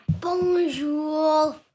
Bonjour